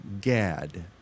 Gad